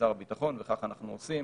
שר הביטחון, וכך אנחנו עושים.